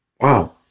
wow